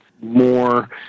more